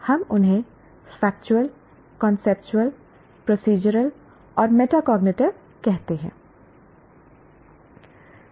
हम उन्हें factual conceptual procedural और मेटाकॉग्निटिव कहते हैं